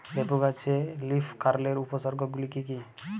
লেবু গাছে লীফকার্লের উপসর্গ গুলি কি কী?